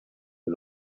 que